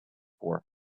for